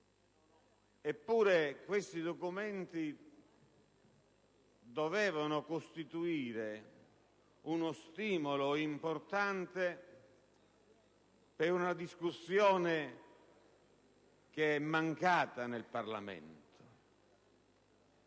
Eppure questi documenti dovevano costituire uno stimolo importante per una discussione che è mancata nel Parlamento.